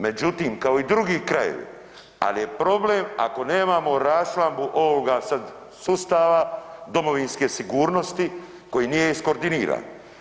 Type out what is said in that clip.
Međutim kao i drugi krajevi ali je problem ako nemamo raščlambu ovoga sad sustava domovinske sigurnosti koji nije iskoordiniran.